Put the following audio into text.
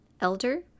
elder